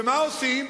ומה עושים?